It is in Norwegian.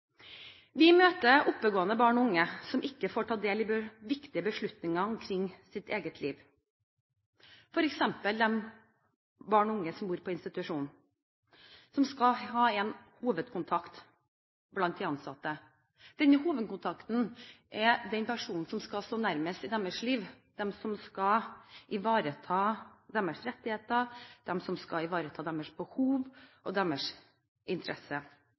Vi møter oppegående barn og unge som ikke får ta del i viktige beslutninger omkring deres eget liv, f.eks. de barn og unge som bor på institusjon, og som skal ha en hovedkontakt blant de ansatte. Denne hovedkontakten er den personen som skal stå nærmest i deres liv, den som skal ivareta deres rettigheter, den som skal ivareta deres behov og deres